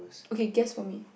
okay guess for me